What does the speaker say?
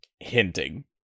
Hinting